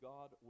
God